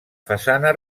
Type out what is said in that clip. façana